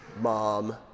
Mom